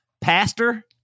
pastor